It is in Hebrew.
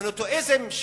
המונותיאיזם,